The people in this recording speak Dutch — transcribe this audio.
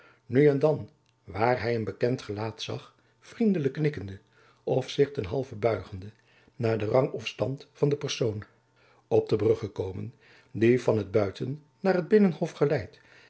nu en dan waar hy een bekend gelaat zag vriendelijk knikkende of zich ten halve buigende naar den rang of stand van de persoon op de brug gekomen die van het buiten naar het binnenhof geleidt